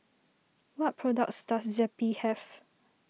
what products does Zappy have